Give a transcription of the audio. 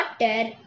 water